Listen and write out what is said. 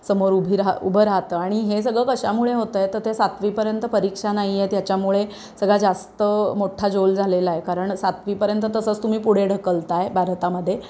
समोर उभी राह उभं राहतं आणि हे सगळं कशामुळे होतं आहे तर ते सातवीपर्यंत परीक्षा नाही आहे त्याच्यामुळे सगळा जास्त मोठा झोल झालेला आहे कारण सातवीपर्यंत तसंच तुम्ही पुढे ढकलताय भारतामध्ये